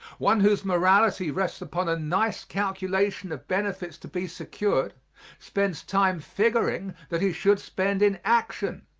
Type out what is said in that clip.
one whose morality rests upon a nice calculation of benefits to be secured spends time figuring that he should spend in action.